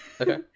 Okay